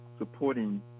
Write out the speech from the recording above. supporting